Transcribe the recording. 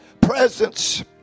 presence